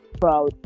proud